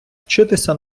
вчитися